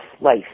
life